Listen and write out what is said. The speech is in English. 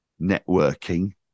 networking